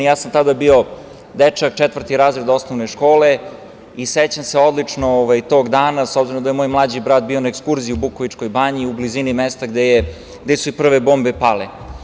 Ja sam tada bio dečak, četvrti razred osnovne škole i sećam se odlično tog dana, s obzirom da je moj mlađi brat bio na ekskurziji u Bukovičkoj banji u blizini mesta gde su i prve bombe pale.